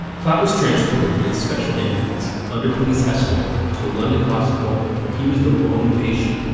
platt was transported in a special ambulance under police escort to a london hospital where he was the lone patient.